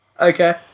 Okay